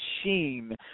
machine